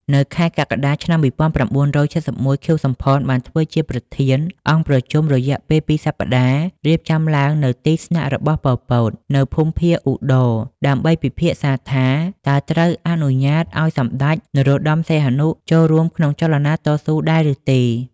នៅខែកក្កដា ឆ្នាំ ១៩៧១ ខៀវ សំផន បានធ្វើជាប្រធានអង្គប្រជុំរយៈពេលពីរសប្តាហ៍ រៀបចំឡើងនៅទីស្នាក់របស់ ប៉ុល ពត នៅភូមិភាគឧត្តរ ដើម្បីពិភាក្សាថា តើត្រូវអនុញ្ញាតឱ្យសម្តេចព្រះ នរោត្តម សីហនុ ចូលរួមក្នុងចលនាតស៊ូដែរឬទេ ។